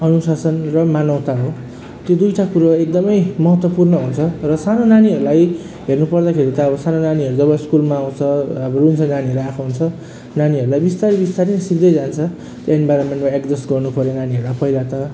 अनुशासन र मानवता हो त्यो दुइवटा कुरो एकदमै महत्त्वपूर्ण हुन्छ र सानो नानीहरूलाई हेर्नु पर्दाखेरि त अब सानो नानीहरू जब स्कुलमा आउँछ अब रुन्चे नानीहरू आएको हुन्छ नानीहरूलाई विस्तारै विस्तारै सिक्दै जान्छ एन्भाइरोमेन्टमा एड्जस्ट गर्नु पऱ्यो नानीहरू पहिला त